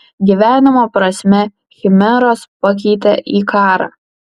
gyvenimo prasmę chimeros pakeitė į karą